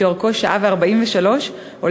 שאורכה שעה ו-43 דקות,